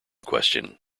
question